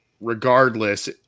regardless